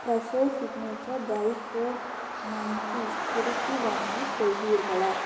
Fresho signature dry fruit munchies திருப்பி வாங்கி கொள்வீர்களா